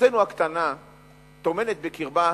ארצנו הקטנה טומנת בקרבה